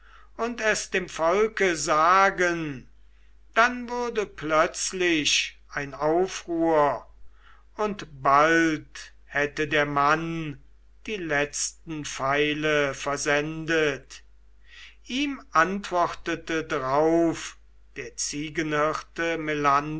und es dem volke sagen dann würde plötzlich ein aufruhr und bald hätte der mann die letzten pfeile versendet ihm antwortete drauf der